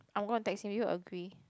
I'm gonna text him you agree